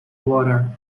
water